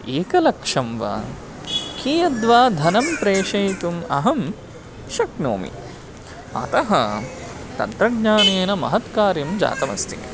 एकलक्षं वा कीयद्वा धनं प्रेषयितुम् अहं शक्नोमि अतः तन्त्रज्ञानेन महत् कार्यं जातम् अस्ति